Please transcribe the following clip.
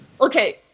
Okay